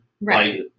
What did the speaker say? Right